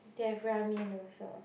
they have ramen also